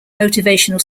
motivational